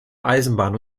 eisenbahn